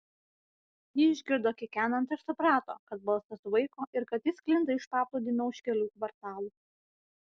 ji išgirdo kikenant ir suprato kad balsas vaiko ir kad jis sklinda iš paplūdimio už kelių kvartalų